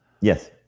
Yes